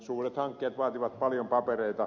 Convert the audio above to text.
suuret hankkeet vaativat paljon papereita